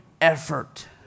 effort